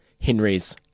Henry's